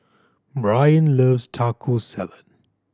Brayan loves Taco Salad